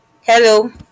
Hello